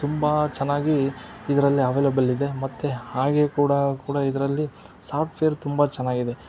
ತುಂಬ ಚೆನ್ನಾಗಿ ಇದ್ರಲ್ಲಿ ಅವೇಲೇಬಲ್ ಇದೆ ಮತ್ತು ಹಾಗೇ ಕೂಡ ಕೂಡ ಇದರಲ್ಲಿ ಸಾಫ್ಟ್ವೇರ್ ತುಂಬ ಚೆನ್ನಾಗಿದೆ